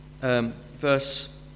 verse